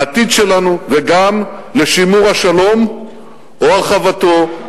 לעתיד שלנו וגם לשימור השלום או הרחבתו,